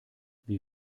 wie